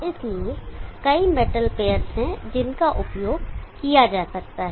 इसलिए कई metal pairs हैं जिनका उपयोग किया जा सकता है